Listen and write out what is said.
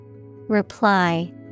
Reply